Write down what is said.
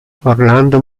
orlando